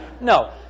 No